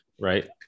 right